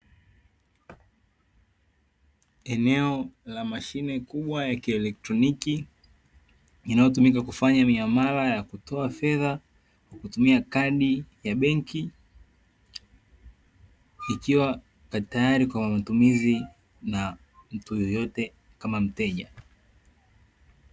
Eneo la mashine kubwa ya kielectroniki, inayotumika kufanya miamala ya kutoa fedha, kutumia kadi ya benki, ikiwa tayari kwa matumizi na mtu yoyote kama mteja.